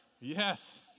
Yes